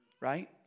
right